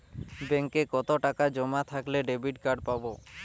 ব্যাঙ্কে কতটাকা জমা থাকলে ডেবিটকার্ড পাব?